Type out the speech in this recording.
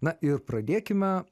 na ir pradėkime